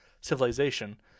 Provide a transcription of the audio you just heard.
civilization